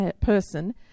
person